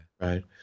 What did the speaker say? right